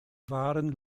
wahren